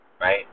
right